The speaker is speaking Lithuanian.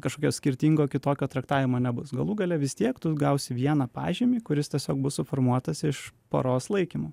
kažkokio skirtingo kitokio traktavimo nebus galų gale vis tiek tu gausi vieną pažymį kuris tiesiog bus suformuotas iš poros laikymų